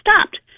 stopped